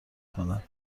کند